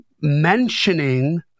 mentioning